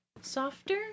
Softer